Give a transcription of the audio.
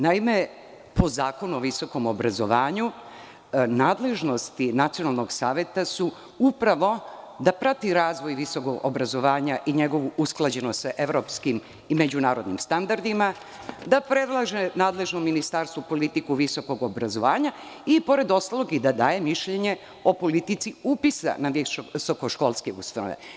Naime, po Zakonu o visokom obrazovanju, nadležnosti Nacionalnog saveta su upravo da prati razvoj visokog obrazovanja i njegovu usklađenost sa evropskim i međunarodnim standardima, da predlaže nadležnom ministarstvu politiku visokog obrazovanja i, pored ostalog, da daje mišljenje o politici upisa na visokoškolske ustanove.